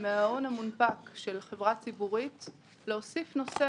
מההון המונפק של חברה ציבורית להוסיף נושא